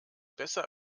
besser